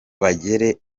bagere